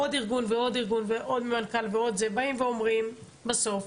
עוד ארגון ועוד ארגון ועוד מנכ"ל באים ואומרים בסוף,